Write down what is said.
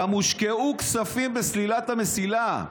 גם הושקעו כספים בסלילת המסילה.